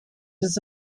his